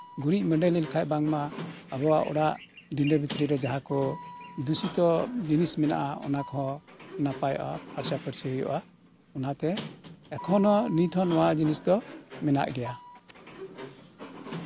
ᱜᱩᱨᱤᱡ ᱢᱟᱹᱰᱟᱹᱞᱤ ᱞᱮᱠᱷᱟᱡ ᱟᱵᱚᱣᱟᱜ ᱚᱲᱟᱜ ᱯᱤᱱᱰᱟᱹ ᱵᱷᱤᱛᱨᱤ ᱨᱮ ᱡᱟᱦᱟᱸ ᱠᱚ ᱫᱩᱥᱤᱛᱚ ᱡᱤᱱᱤᱥ ᱢᱮᱱᱟᱜᱼᱟ ᱚᱱᱟ ᱠᱚ ᱱᱟᱯᱟᱭᱚᱜᱼᱟ ᱯᱷᱟᱨᱪᱟᱼᱯᱷᱟᱨᱪᱤ ᱦᱩᱭᱩᱜᱼᱟ ᱚᱱᱟᱛᱮ ᱮᱠᱷᱚᱱ ᱦᱚᱸ ᱱᱤᱛᱦᱚᱸ ᱚᱱᱟ ᱡᱤᱱᱤᱥ ᱫᱚ ᱢᱮᱱᱟᱜ ᱜᱮᱭᱟ